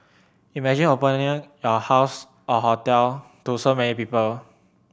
imagine opening your house or hotel to so many people